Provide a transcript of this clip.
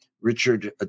Richard